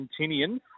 Argentinian